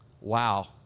Wow